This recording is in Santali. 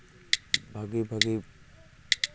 ᱵᱷᱟᱹᱜᱤ ᱵᱷᱟᱹᱜᱤ